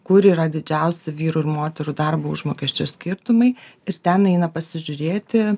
kur yra didžiausi vyrų ir moterų darbo užmokesčio skirtumai ir ten eina pasižiūrėti